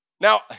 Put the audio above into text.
Now